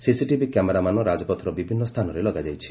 CCTV camera ମାନ ରାଜପଥର ବିଭିନ୍ନ ସ୍ଥାନରେ ଲଗାଯାଇଛି